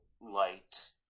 light